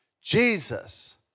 Jesus